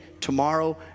tomorrow